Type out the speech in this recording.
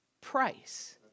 price